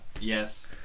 yes